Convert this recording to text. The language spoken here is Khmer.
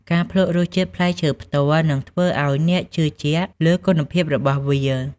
ការភ្លក្សរសជាតិផ្លែឈើផ្ទាល់នឹងធ្វើឱ្យអ្នកជឿជាក់លើគុណភាពរបស់វា។